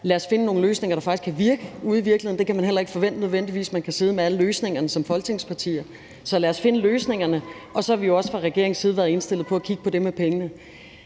Lad os finde nogle løsninger, der faktisk kan virke ude i virkeligheden. Man kan heller ikke nødvendigvis forvente, at man kan sidde med alle løsningerne som folketingspartier. Så lad os finde løsningerne. Og så har vi jo også fra regeringens side været indstillet på at kigge på det med pengene.